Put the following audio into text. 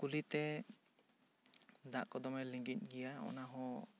ᱠᱩᱞᱦᱤ ᱛᱮ ᱫᱟᱜ ᱠᱚ ᱫᱚᱢᱮ ᱞᱤᱸᱜᱤᱱ ᱜᱤᱭᱟ ᱚᱱᱟ ᱦᱚᱸ